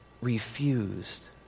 Refused